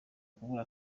kubura